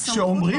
בסמכות.